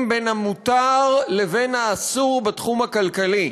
בין המותר לבין האסור בתחום הכלכלי,